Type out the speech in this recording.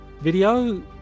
video